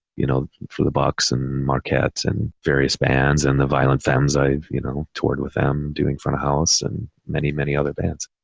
you know, for the bucks and marquette's and various bands and the violent femmes. i've you know toured with them doing front of house and many, many other bands